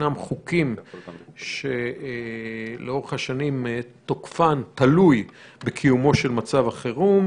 ישנם חוקים שלאורך השנים תוקפם תלוי בקיומו של מצב החירום,